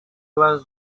was